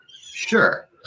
Sure